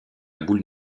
boule